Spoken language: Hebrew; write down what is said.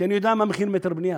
כי אני יודע מה מחיר מטר בנייה.